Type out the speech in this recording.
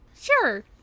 Sure